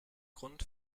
grund